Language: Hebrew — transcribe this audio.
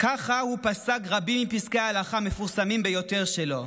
ככה הוא פסק רבים מפסקי ההלכה המפורסמים ביותר שלו.